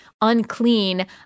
unclean